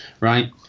Right